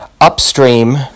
upstream